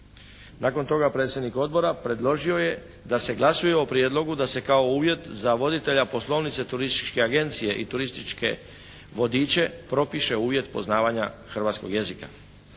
Nakon toga predsjednik odbora predložio je da se glasuje o prijedlogu da se kao uvjet za voditelja poslovnice turističke agencije i turističke vodiče propiše uvjet poznavanja hrvatskog jezika.